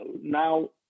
now